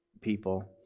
people